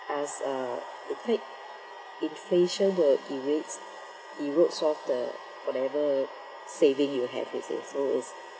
as uh you take inflation that derate it wrotes off the whatever saving you have also so